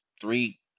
three